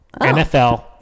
NFL